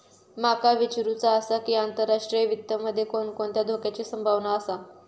माका विचारुचा आसा की, आंतरराष्ट्रीय वित्त मध्ये कोणकोणत्या धोक्याची संभावना आसा?